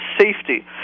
safety